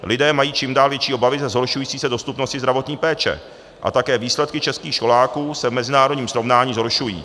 Lidé mají čím dál větší obavy ze zhoršující se dostupnosti zdravotní péče a také výsledky českých školáků se v mezinárodním srovnání zhoršují.